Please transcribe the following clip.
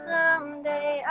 Someday